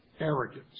arrogance